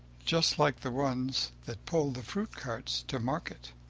just like the ones that pull the fruit carts to market.